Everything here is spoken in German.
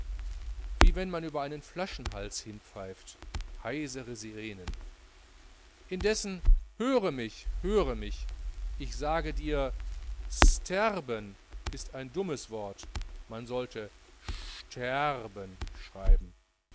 wie wenn man über einen flaschenhals hinpfeift heisere sirenen indessen höre mich höre mich ich sage dir sterben ist ein dummes wort man sollte schtärben schreiben